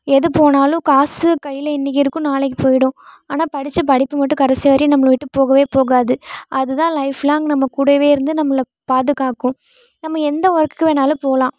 எதுபோனாலும் காசு கையில் இன்றைக்கி இருக்கும் நாளைக்கு போய்விடும் ஆனால் படித்த படிப்பு மட்டும் கடைசிவரையும் நம்மளை விட்டுப் போகவே போகாது அதுதான் லைஃப் லாங் நம்ம கூடவே இருந்து நம்மளை பாதுகாக்கும் நம்ம எந்த ஒர்க்கு வேண்ணாலும் போகலாம்